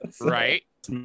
Right